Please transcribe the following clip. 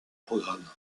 programme